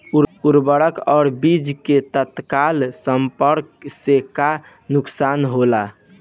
उर्वरक और बीज के तत्काल संपर्क से का नुकसान होला?